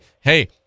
Hey